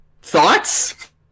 Thoughts